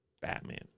Batman